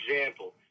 example